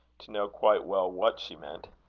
to know quite well what she meant.